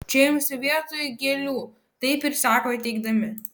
čia jums vietoj gėlių taip ir sako įteikdami